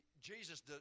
Jesus